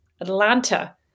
Atlanta